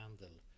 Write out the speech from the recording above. handle